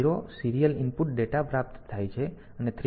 0 serial input data પ્રાપ્ત થાય છે અને 3